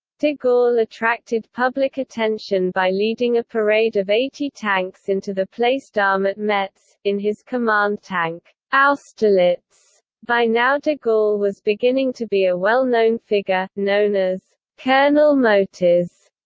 de gaulle attracted public attention by leading a parade of eighty tanks into the place d'armes at metz, in his command tank austerlitz by now de gaulle was beginning to be a well-known figure, known as colonel motor s.